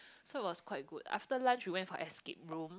so was quite good after lunch we went for escape room